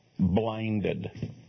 blinded